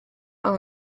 are